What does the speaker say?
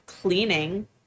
cleaning